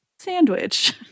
sandwich